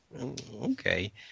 Okay